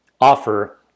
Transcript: offer